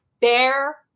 Bear